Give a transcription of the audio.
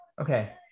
okay